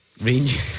Range